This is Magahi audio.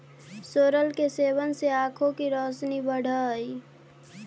सोरल के सेवन से आंखों की रोशनी बढ़अ हई